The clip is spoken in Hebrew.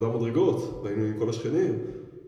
והמדרגות, היינו עם כל השכנים